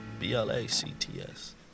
B-L-A-C-T-S